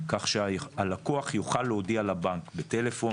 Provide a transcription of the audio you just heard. כך שהלקוח יוכל להודיע לבנק בטלפון,